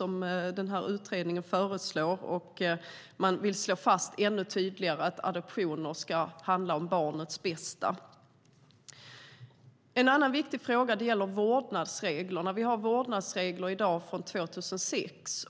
Man vill ännu tydligare slå fast att adoptioner ska handla om barnets bästa. En annan viktig fråga är vårdnadsreglerna. Dagens vårdnadsregler är från 2006.